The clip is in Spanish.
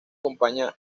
acompaña